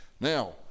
now